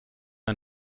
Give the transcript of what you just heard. ein